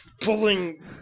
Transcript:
pulling